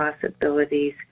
possibilities